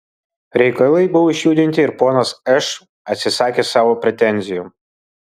reikalai buvo išjudinti ir ponas š atsisakė savo pretenzijų